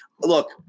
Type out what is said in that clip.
look